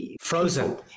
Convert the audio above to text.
frozen